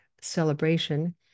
celebration